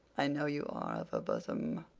i know you are of her bosom.